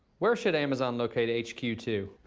where should amazon locate h q two?